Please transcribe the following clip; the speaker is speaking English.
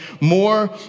more